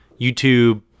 YouTube